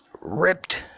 ripped